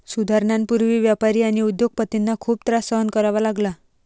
सुधारणांपूर्वी व्यापारी आणि उद्योग पतींना खूप त्रास सहन करावा लागला